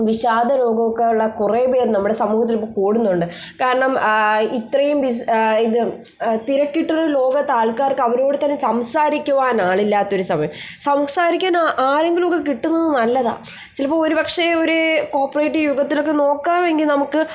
വിഷാദരോഗം ഒക്കെ ഉള്ള കുറേപേർ നമ്മുടെ സമൂഹത്തിൽ ഇപ്പോൾ കൂടുന്നുണ്ട് കാരണം ഇത്രയും ഇത് തിരക്കിട്ട് ഒരു ലോകത്ത് ആൾക്കാർക്ക് അവർ ഓരോരുത്തർ സംസാരിക്കുവാൻ ആളില്ലാത്ത ഒരു സമയം സംസാരിക്കാൻ ആരെങ്കിലും ഒക്കെ കിട്ടുന്നത് നല്ലതാണ് ചിലപ്പോൾ ഒരുപക്ഷെ ഒരു കോർപ്പറേറ്റ് യുഗത്തിലൊക്കെ നോക്കാമെങ്കിൽ നമുക്ക്